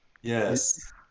Yes